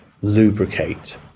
lubricate